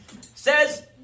Says